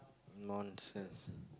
nonsense